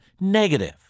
negative